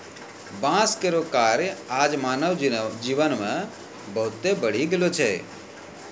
बांस केरो कार्य आज मानव जीवन मे बहुत बढ़ी गेलो छै